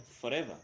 forever